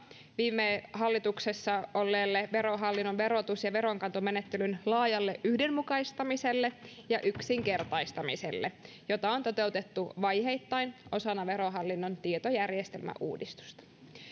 viime hallituksessa olleelle verohallinnon verotus ja veronkantomenettelyn laajalle yhdenmukaistamiselle ja yksinkertaistamiselle jota on toteutettu vaiheittain osana verohallinnon tietojärjestelmäuudistusta